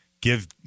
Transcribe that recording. give